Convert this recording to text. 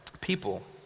people